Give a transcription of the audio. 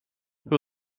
who